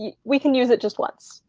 and we can use it just once.